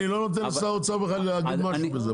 אני לא נותן לשר האוצר בכלל להגיד משהו בזה.